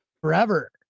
forever